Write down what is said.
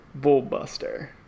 Bullbuster